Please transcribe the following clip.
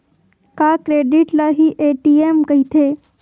का क्रेडिट ल हि ए.टी.एम कहिथे?